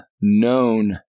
known